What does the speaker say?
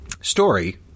story